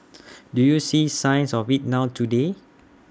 do you see signs of IT now today